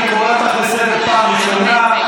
אני קורא אותך לסדר פעם ראשונה.